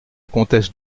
comtesse